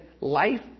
life